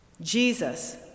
Jesus